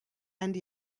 and